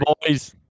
boys